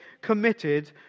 committed